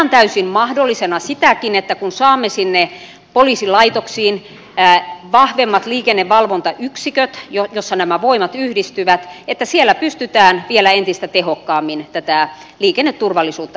pidän täysin mahdollisena sitäkin että kun saamme sinne poliisilaitoksiin vahvemmat liikennevalvontayksiköt joissa nämä voimat yhdistyvät siellä pystytään vielä entistä tehokkaammin tätä liikenneturvallisuutta edistämään